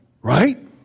Right